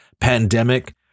pandemic